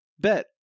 bet